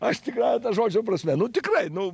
aš tikrąja ta žodžio prasme nu tikrai nu